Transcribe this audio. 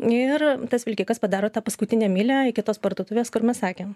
ir tas vilkikas padaro tą paskutinę mylią iki tos parduotuvės kur mes sakėm